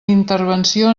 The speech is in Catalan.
intervenció